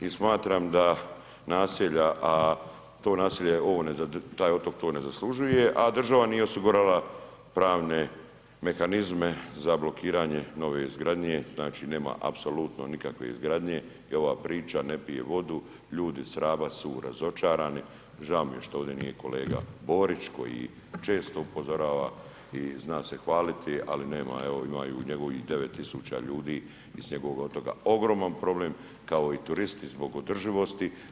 I smatram da naselja a to naselje, taj otok to ne zaslužuje a država nije osigurala pravne mehanizme za blokiranje nove izgradnje znači nema apsolutno nikakve izgradnje i ova priča ne pije vodu, ljudi s Raba su razočarani Žao mi je što ovdje nije kolega Borić koji često upozorava i zna se hvaliti ali nema evo imaju njegovih 9 tisuća ljudi, iz njegovog otoka ogroman problem kao i turisti zbog održivosti.